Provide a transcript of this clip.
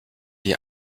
die